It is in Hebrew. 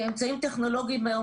אמצעים טכנולוגיים היום,